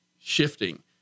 shifting